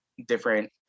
different